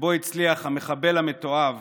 שבו הצליח המחבל המתועב